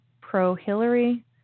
pro-Hillary